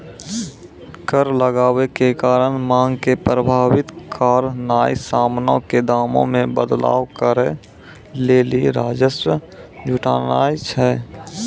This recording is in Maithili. कर लगाबै के कारण मांग के प्रभावित करनाय समानो के दामो मे बदलाव करै लेली राजस्व जुटानाय छै